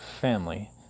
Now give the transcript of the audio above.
family